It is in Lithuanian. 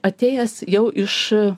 atėjęs jau iš